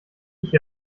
ich